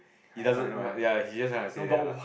it doesn't ya he's just trying to say that lah